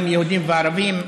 גם יהודים וגם ערבים,